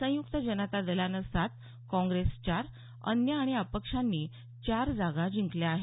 संयुक्त जनता दलानं सात काँग्रेस चार अन्य आणि अपक्षांनी चार जागा जिंकल्या आहेत